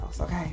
okay